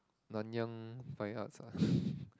Nanyang Fine Arts ah